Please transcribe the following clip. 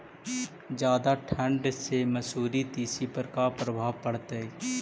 जादा ठंडा से मसुरी, तिसी पर का परभाव पड़तै?